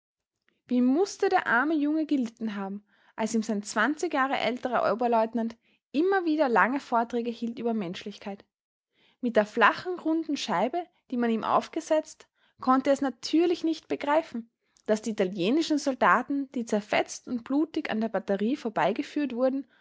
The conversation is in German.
wie mußte der arme junge gelitten haben als ihm sein zwanzig jahre älterer oberleutnant immer wieder lange vorträge hielt über menschlichkeit mit der flachen runden scheibe die man ihm aufgesetzt konnte er es natürlich nicht begreifen daß die italienischen soldaten die zerfetzt und blutig an der batterie vorbei geführt wurden